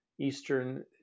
Eastern